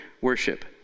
worship